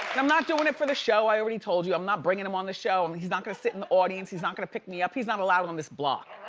i'm not doing it for the show. i already told you, i'm not bringing him on the show, and he's not going to sit in the audience. he's not going to pick me up. he's not allowed on this block.